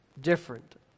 different